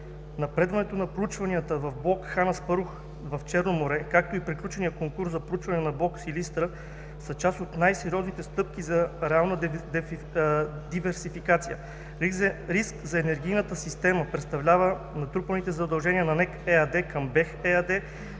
Напредването на проучванията в блок „Хан Аспарух“ в Черно море, както и приключеният конкурс за проучване на блок „Силистар“ са част от най-сериозните стъпки за реална диверсификация. Риск за енергийната система представлява натрупаните задължения на НЕК ЕАД към БЕХ ЕАД,